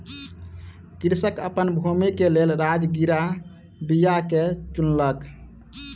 कृषक अपन भूमि के लेल राजगिरा बीया के चुनलक